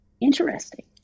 interesting